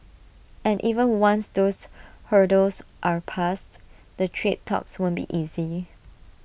and even once those hurdles are passed the trade talks won't be easy